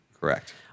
Correct